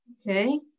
Okay